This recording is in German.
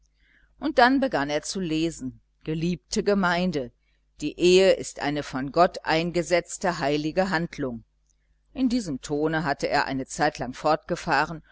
und dann begann er zu lesen geliebte gemeinde die ehe ist eine von gott eingesetzte heilige handlung in diesem tone hatte er eine zeitlang fortgefahren